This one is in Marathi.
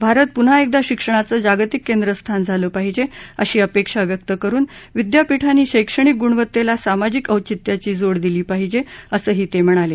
भारत पुन्हा एकदा शिक्षणाचं जागतिक केंद्रस्थान झाला पाहिजे अशी अपेक्षा व्यक्त करुन विद्यापिठांनी शक्षणिक गुणवत्तेला सामाजिक औचित्याची जोड दिली पाहिजे असंही ते म्हणाले